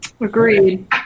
Agreed